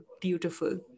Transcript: beautiful